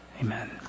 Amen